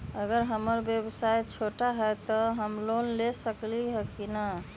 अगर हमर व्यवसाय छोटा है त हम लोन ले सकईछी की न?